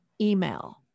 email